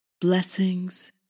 Blessings